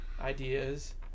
ideas